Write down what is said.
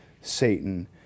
Satan